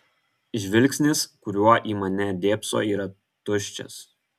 žvilgsnis kuriuo į mane dėbso yra tuščias